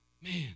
Man